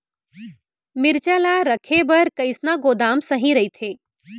मिरचा ला रखे बर कईसना गोदाम सही रइथे?